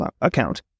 account